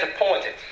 appointed